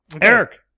Eric